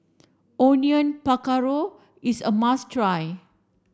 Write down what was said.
Onion Pakora is a must try